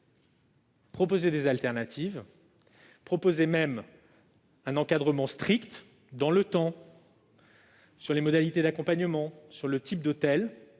proposer d'autres solutions, et même un encadrement strict dans le temps sur les modalités d'accompagnement et le type d'hôtel,